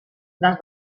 des